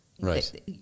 Right